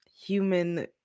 human